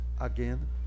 again